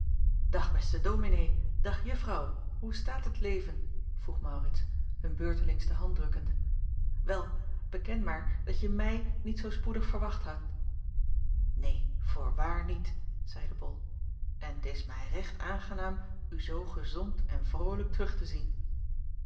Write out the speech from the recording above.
dag beste dominee dag juffrouw hoe staat het leven vroeg maurits hun beurtelings de hand drukkende wel beken maar dat je mij niet zoo spoedig verwacht hadt neen voorwaar niet zeide bol en t is mij recht aangenaam u zoo gezond en vrolijk terug te zien